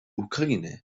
ukraine